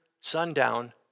sundown